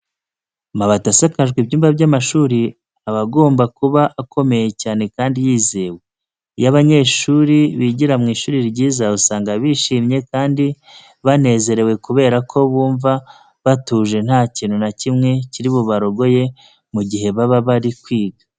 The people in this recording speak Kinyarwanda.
Amabati asakajwe ibyumba by'amashuri aba agomba kuba akomeye cyane kandi yizewe. Iyo abanyeshuri bigira mu ishuri ryiza usanga bishimye kandi banezerewe kubera ko bumva batuje nta kintu na kimwe kiri bubarogoye mu gihe baba bari kwiga.